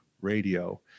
radio